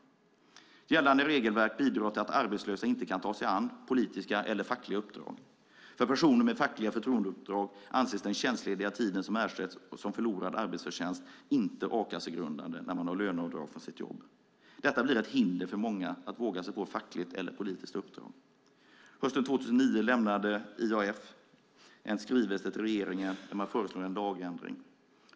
Gällande regelverk bidrar till att arbetslösa inte kan ta sig an politiska eller fackliga uppdrag. För personer med fackliga förtroendeuppdrag anses den tjänstlediga tiden, som ersätts som förlorad arbetsförtjänst, inte vara a-kassegrundande när man har löneavdrag från sitt jobb. Detta hindrar många att våga sig på ett fackligt eller politiskt uppdrag. Hösten 2009 lämnade IAF en skrivelse till regeringen där man föreslår en lagändring.